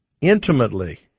intimately